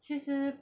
其实